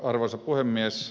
arvoisa puhemies